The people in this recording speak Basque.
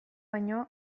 baino